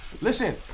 Listen